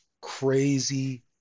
crazy